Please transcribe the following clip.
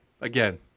Again